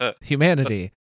humanity